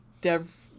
Dev